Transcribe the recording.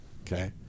okay